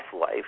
life